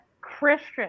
Christian